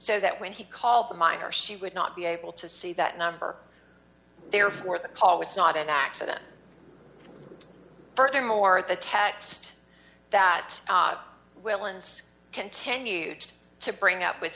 so that when he called the miner she would not be able to see that number therefore the call was not an accident furthermore the text that will and continue to bring up with